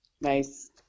Nice